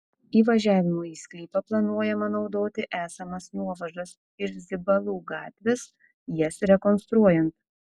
įvažiavimui į sklypą planuojama naudoti esamas nuovažas iš zibalų gatvės jas rekonstruojant